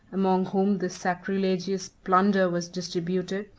among whom this sacrilegious plunder was distributed,